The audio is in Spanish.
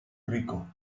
rico